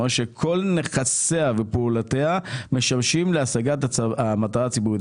אומר שכל נכסיה ופעולותיה משמשים להשגת המטרה הציבורית.